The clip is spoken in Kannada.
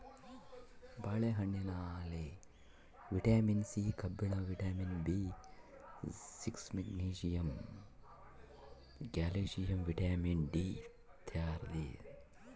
ಬಾಳೆ ಹಣ್ಣಿನಲ್ಲಿ ವಿಟಮಿನ್ ಸಿ ಕಬ್ಬಿಣ vitamin B six magnesium calcium vitamin D ಇರ್ತಾದ